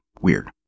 weird